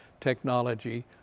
technology